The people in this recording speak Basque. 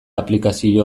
aplikazio